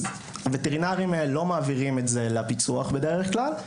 וטרינרים לא מעבירים את זה לפיצו"ח בדרך כלל,